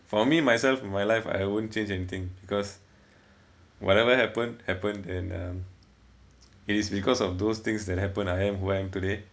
for me myself in my life I won't change anything because whatever happened happened and um it is because of those things that happened I am who I am today